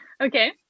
okay